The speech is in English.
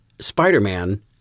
Spider-Man